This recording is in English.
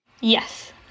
yes